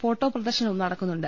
photo പ്രദർശനവും നടക്കുന്നുണ്ട്